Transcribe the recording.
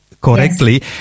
correctly